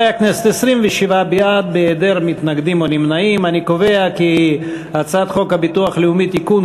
ההצעה להעביר את הצעת חוק הביטוח הלאומי (תיקון,